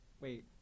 Wait